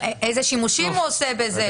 איזה שימושים הוא עושה בזה.